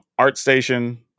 ArtStation